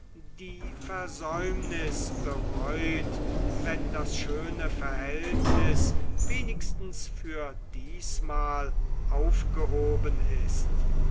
die versäumnis bereut wenn das schöne verhältnis wenigstens für diesmal aufgehoben ist